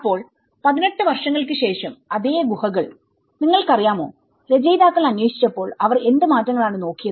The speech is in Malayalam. അപ്പോൾ 18 വർഷങ്ങൾക്ക് ശേഷം അതേ ഗുഹകൾനിങ്ങൾക്കറിയാമോരചയിതാക്കൾ അന്വേഷിച്ചപ്പോൾ അവർ എന്ത് മാറ്റങ്ങളാണ് നോക്കിയത്